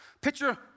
Picture